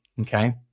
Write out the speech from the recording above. Okay